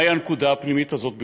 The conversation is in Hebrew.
מהי הנקודה הפנימית הזאת בירושלים,